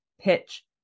pitch